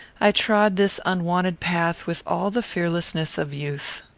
i trod this unwonted path with all the fearlessness of youth.